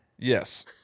Yes